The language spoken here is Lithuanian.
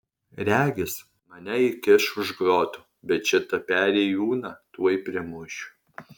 regis mane įkiš už grotų bet šitą perėjūną tuoj primušiu